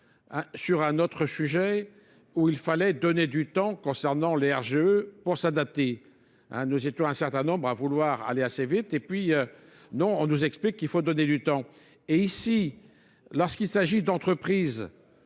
sur un autre sujet où il fallait donner du temps concernant les RGE pour s'adapter. Nous étions un certain nombre à vouloir aller assez vite et puis non, on nous explique qu'il faut donner du temps. Et ici, lorsqu'il s'agit d'entreprises,